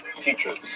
teachers